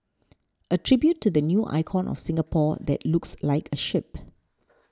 a tribute to the new icon of Singapore that looks like a ship